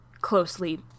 closely